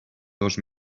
dos